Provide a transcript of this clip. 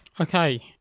Okay